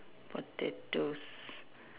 potatoes